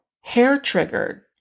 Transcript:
hair-triggered